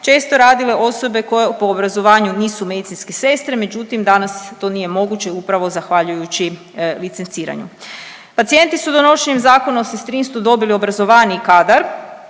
često radile osobe koje po obrazovanju nisu medicinske sestre, međutim danas to nije moguće upravo zahvaljujući licenciranju. Pacijenti su donošenjem Zakona o sestrinstvu dobili obrazovaniji kadar,